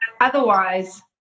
otherwise